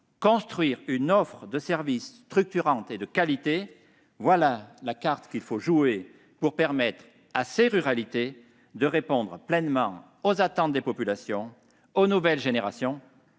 construire une offre de services structurante et de qualité : voilà la carte qu'il faut jouer pour permettre à la ruralité de répondre pleinement aux attentes des populations et des nouvelles générations,